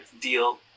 deal